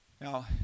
Now